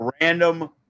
random